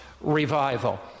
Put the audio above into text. revival